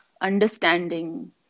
understanding